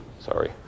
sorry